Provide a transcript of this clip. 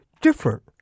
different